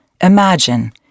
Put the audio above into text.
Imagine